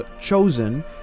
Chosen